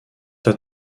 t’a